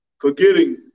forgetting